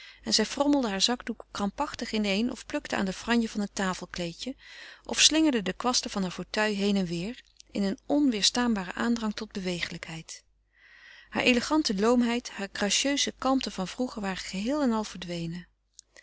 en zij frommelde haar zakdoek krampachtig ineen of plukte aan de franje van een tafelkleedje of slingerde kwasten van haar fauteuil heen en weêr in een onwederstaanbaren aandrang tot bewegelijkheid hare elegante loomheid hare gracieuse kalmte van vroeger waren geheel en al verdwenen